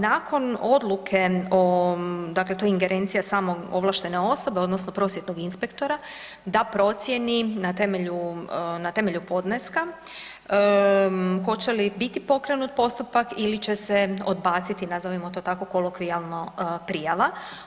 Nakon odluke o, dakle to je ingerencija same ovlaštene osobe odnosno prosvjetnog inspektora da procijeni na temelju, na temelju podneska hoće li biti pokrenut postupak ili će se odbaciti nazovimo to tako kolokvijalno prijava.